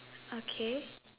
okay